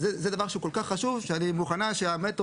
זה דבר שהוא כל כך חשוב שאני מוכנה שהמטרו